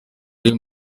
riri